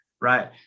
right